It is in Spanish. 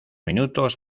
minutos